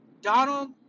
Donald